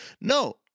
No